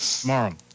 Tomorrow